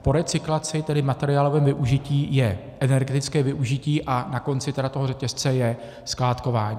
Po recyklaci, tedy materiálovém využití, je energetické využití a na konci toho řetězce je skládkování.